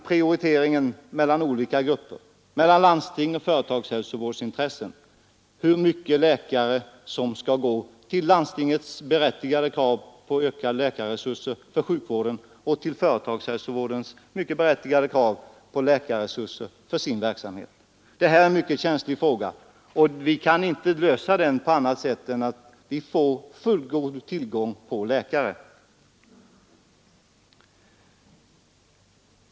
Prioriteringen mellan landstingens och företagshälsovårdens intressen är en känslig fråga. En avvägning måste ske mellan landstingens berättigade krav på ökade läkarresurser för sjukvård och företagshälsovårdens mycket berättigade krav på läkarresurser för sin verksamhet. Vi kan inte lösa problemet på annat sätt än genom en fullgod tillgång på läkare.